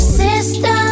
system